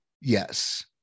Yes